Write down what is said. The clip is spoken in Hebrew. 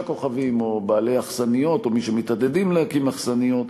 כוכבים או בעלי אכסניות או מי שמתעתדים להקים אכסניות,